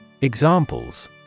Examples